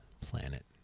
planet